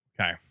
Okay